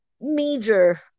major